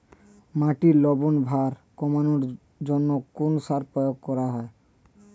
মাটির লবণ ভাব কমানোর জন্য কোন সার প্রয়োগ করা হয়?